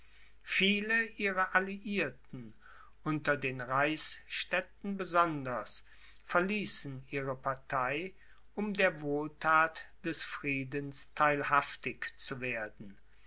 viele ihrer alliierten unter den reichsstädten besonders verließen ihre partei um der wohlthat des friedens theilhaftig zu werden